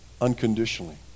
unconditionally